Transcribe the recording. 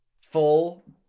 Full